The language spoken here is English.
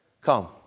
Come